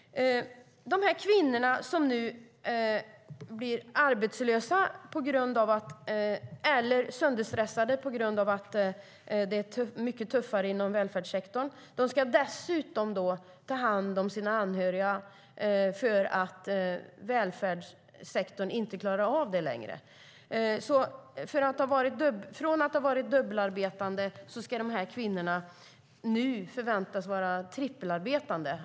De kvinnor som blir arbetslösa eller sönderstressade på grund av att det nu är mycket tuffare inom välfärdssektorn ska dessutom ta hand om sina anhöriga eftersom välfärdssektorn inte längre klarar av det. Från att ha varit dubbelarbetande förväntas dessa kvinnor nu vara trippelarbetande.